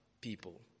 people